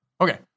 Okay